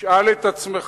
תשאל את עצמך,